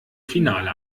finale